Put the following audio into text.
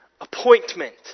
appointment